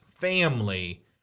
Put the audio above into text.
family